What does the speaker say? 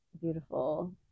beautiful